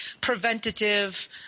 preventative